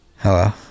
Hello